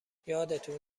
یادتون